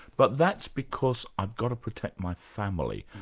but that's because i've got to protect my family'.